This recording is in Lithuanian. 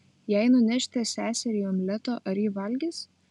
jei nunešite seseriai omleto ar ji valgys